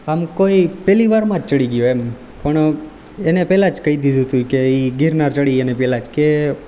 આમ કોઈ પહેલીવારમાં જ ચડી ગયો એમ પણ એને પહેલાંજ કહી દીધું તું કે એ ગિરનાર ચડી અને પેલા કે